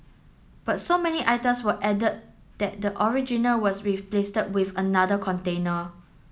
but so many items were added that the original was replace with another container